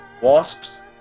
wasps